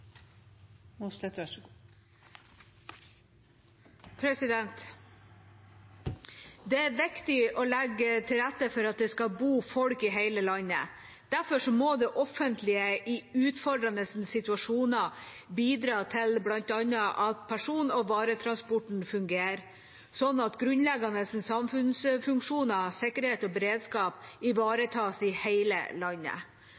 det gjort. Det er viktig å legge til rette for at det skal bo folk i hele landet. Derfor må det offentlige i utfordrende situasjoner bl.a. bidra til at person- og varetransporten fungerer, sånn at grunnleggende samfunnsfunksjoner, sikkerhet og beredskap